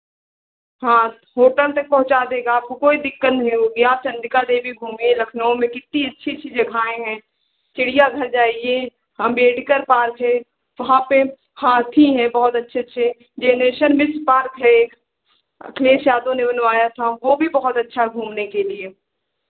हाँ होटल तक पहुँचा देगा आपको कोई दिक्कत नहीं होगी आप चंडिका देवी घूमिए लखनऊ में कितनी अच्छी अच्छी जगहें हैं चिड़ियाघर जाइए अंबेदकर पार्क है वहाँ पे हाथी हैं अच्छे अच्छे जनेश्वर मिश्र पार्क है एक अखिलेश यादव ने बनवाया था वो भी बहुत अच्छा है घूमने के लिए